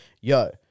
yo